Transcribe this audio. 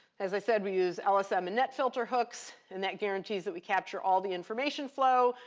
as i said, we use lsm and netfilter hooks, and that guarantees that we capture all the information flow.